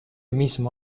mismo